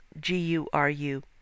G-U-R-U